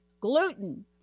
gluten